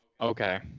Okay